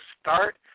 start